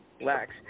LAX